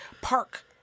Park